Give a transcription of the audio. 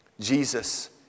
Jesus